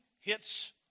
hits